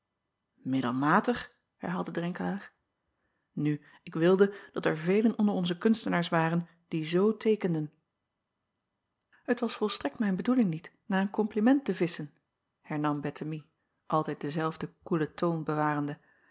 iddelmatig herhaalde renkelaer nu ik wilde dat er velen onder onze kunstenaars waren die zoo teekenden et was volstrekt mijn bedoeling niet naar een kompliment te visschen hernam ettemie altijd denzelfden koelen toon bewarende